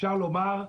אפשר לומר,